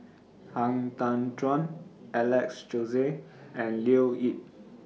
Han Tan Juan Alex Josey and Leo Yip